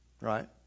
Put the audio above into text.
Right